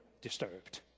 disturbed